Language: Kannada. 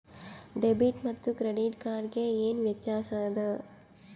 ಡೆಬಿಟ್ ಮತ್ತ ಕ್ರೆಡಿಟ್ ಕಾರ್ಡ್ ಗೆ ಏನ ವ್ಯತ್ಯಾಸ ಆದ?